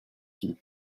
fille